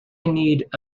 needed